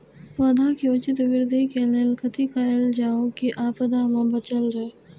पौधा के उचित वृद्धि के लेल कथि कायल जाओ की आपदा में बचल रहे?